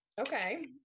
Okay